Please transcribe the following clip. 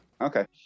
okay